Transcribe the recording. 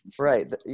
right